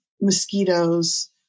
mosquitoes